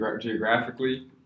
geographically